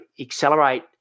accelerate